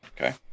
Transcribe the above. Okay